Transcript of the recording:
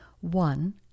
one